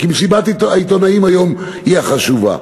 כי מסיבת העיתונאים היום היא החשובה.